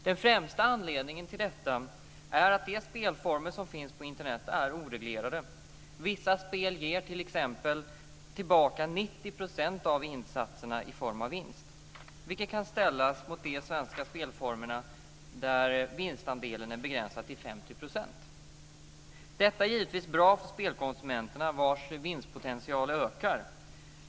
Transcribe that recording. Den främsta anledningen till detta är att de spelformer som finns på Internet är oreglerade. Vissa spel ger t.ex. tillbaka 90 % av insatserna i form av vinst, vilket kan ställas mot de svenska spelformer där vinstandelen är begränsad till 50 %. Detta är givetvis bra för spelkonsumenterna, vilkas vinstpotential ökar.